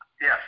yes